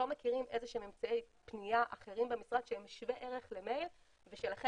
לא מכירים אמצעי פניה אחרים במשרד שהם שווי ערך למייל ושלכן